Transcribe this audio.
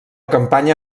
campanya